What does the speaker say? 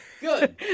Good